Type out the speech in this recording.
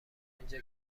اینجا